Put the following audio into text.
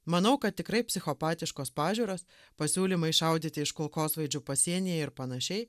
manau kad tikrai psichopatiškos pažiūros pasiūlymai šaudyti iš kulkosvaidžių pasienyje ir panašiai